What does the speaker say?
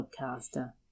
podcaster